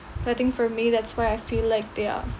I think for me that's why I feel like they are